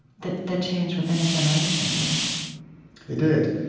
that that changed within a generation really it did.